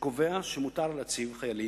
שקובע שמותר להציב חיילים,